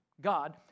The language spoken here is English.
God